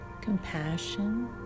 compassion